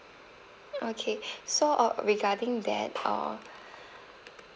okay so uh regarding that uh